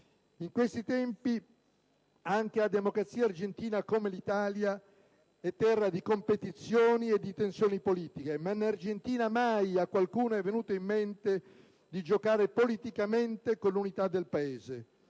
In questi tempi anche la democrazia argentina, come l'Italia, è terra di competizioni e di tensioni politiche. Ma in Argentina mai a qualcuno è venuto in mente di giocare politicamente con l'unità del Paese.